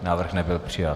Návrh nebyl přijat.